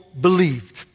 believed